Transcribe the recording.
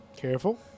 careful